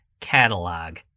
Catalog